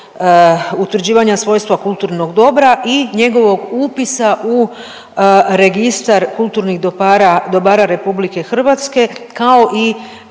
utvrđivanja svojstva kulturnog dobra i njegovog upisa u Registar kulturnih dobara RH kao i